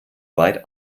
weit